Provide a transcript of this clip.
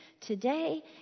Today